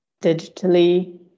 digitally